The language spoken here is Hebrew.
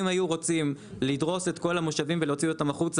אם היו רוצם לדרוס את כל המושבים ולהוציא אותם החוצה